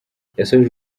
yasoje